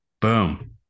Boom